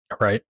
Right